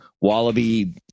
wallaby